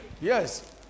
Yes